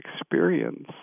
experience